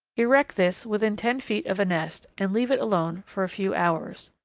erect this within ten feet of a nest, and leave it alone for a few hours.